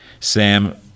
Sam